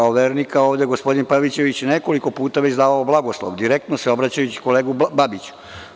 Ovde je gospodin Pavićević nekoliko puta već davao blagoslov, direktno se obraćajući kolegi Babiću.